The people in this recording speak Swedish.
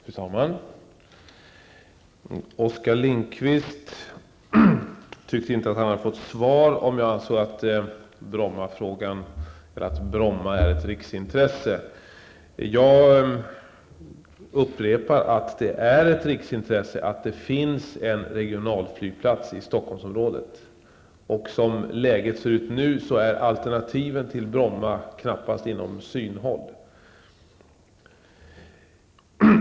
Fru talman! Oskar Lindkvist tyckte inte att han hade fått svar på frågan om jag ansåg att Bromma flygplats är ett riksintresse. Jag upprepar att det är ett riksintresse att det finns en regional flygplats i Stockholmsområdet. Som läget ser ut nu är alternativen till Bromma knappast inom synhåll.